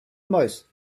most